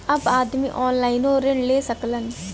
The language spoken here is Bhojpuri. अब आदमी ऑनलाइनों ऋण ले सकलन